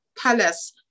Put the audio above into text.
palace